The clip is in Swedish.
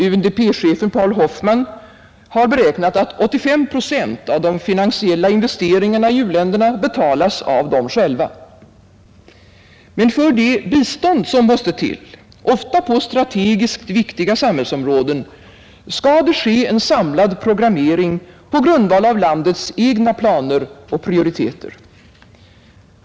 UNDP-chefen Paul Hoffman beräknar att 85 procent av de finansiella investeringarna i u-länderna betalas av dem själva. Men för det bistånd som måste till, ofta på strategiskt viktiga samhällsområden, skall det ske en samlad programmering på grundval av landets egna planer och prioriteter.